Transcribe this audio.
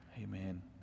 amen